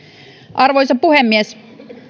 arvoisa puhemies